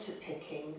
picking